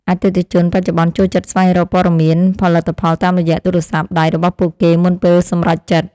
អតិថិជនបច្ចុប្បន្នចូលចិត្តស្វែងរកព័ត៌មានផលិតផលតាមរយៈទូរស័ព្ទដៃរបស់ពួកគេមុនពេលសម្រេចចិត្ត។